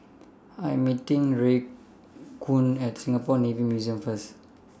I Am meeting Raekwon At Singapore Navy Museum First